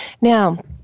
Now